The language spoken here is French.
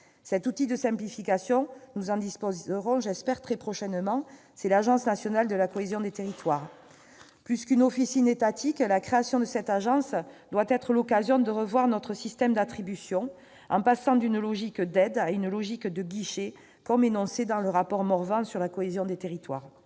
Cet outil de simplification, nous en disposerons très prochainement : c'est la future agence nationale de la cohésion des territoires, l'ANCT. Plus qu'une officine étatique, la création de cette agence doit être l'occasion de revoir notre système d'attribution, en passant d'une logique d'aide à une logique de guichet, comme l'énonce Serge Morvan dans son rapport sur la cohésion des territoires.